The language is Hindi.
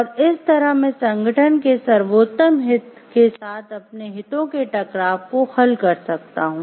और इस तरह मैं संगठन के सर्वोत्तम हित के साथ अपने हितों के टकराव को हल कर सकता हूं